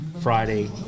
Friday